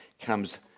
comes